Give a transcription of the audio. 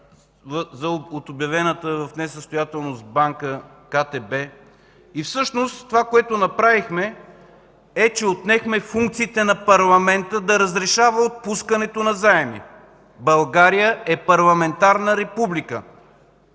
от обявената в несъстоятелност банка КТБ. Всъщност това, което направихме, е, че отнехме функциите на парламента да разрешава отпускането на заеми. България е парламентарна република